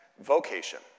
vocation